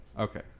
Okay